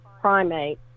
primate